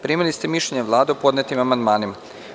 Primili ste mišljenje Vlade o podnetim amandmanima.